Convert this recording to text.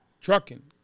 trucking